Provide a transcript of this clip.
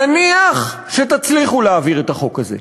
נניח שתצליחו להעביר את החוק הזה,